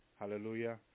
hallelujah